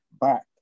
back